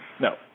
No